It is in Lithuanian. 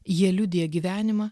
jie liudija gyvenimą